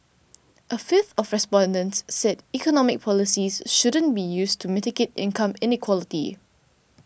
a fifth of respondents said economic policies shouldn't be used to mitigate income inequality